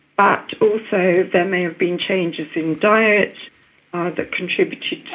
but also there may have been changes in diet that contributed to